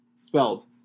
spelled